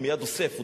הוא מייד אוסף.